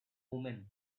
omen